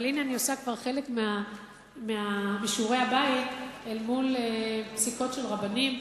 אבל הנה אני עושה כבר חלק משיעורי הבית אל מול פסיקות של רבנים.